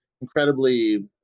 incredibly